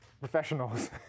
professionals